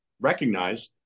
recognize